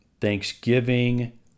Thanksgiving